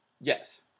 Yes